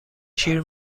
شیر